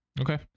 Okay